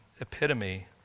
epitome